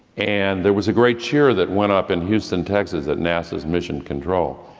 and there was a great cheer that went up in houston, texas, at nasa's mission control.